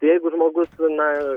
tai jeigu žmogus na